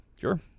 Sure